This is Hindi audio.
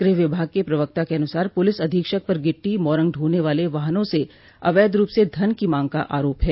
गृह विभाग के प्रवक्ता के अनुसार पुलिस अधीक्षक पर गिट्टी मौरंग ढोने वाले वाहनों स अवैध रूप से धन की मांग का आरोप है